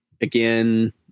again